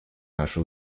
наши